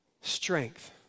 strength